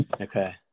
Okay